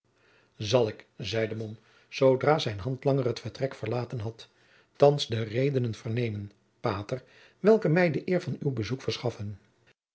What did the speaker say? zal ik zeide mom zoodra zijn handlanger het vertrek verlaten had thands de redenen vernemen pater welke mij de eer van uw bezoek verschaffen